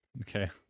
Okay